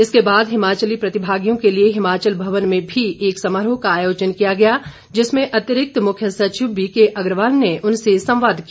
इसके बाद हिमाचली प्रतिभागियों के लिए हिमाचल मवन में भी एक समारोह का आयोजन किया गया जिसमें अतिरिक्त मुख्य सचिव बीकेअग्रवाल ने उनसे संवाद किया